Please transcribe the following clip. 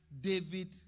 David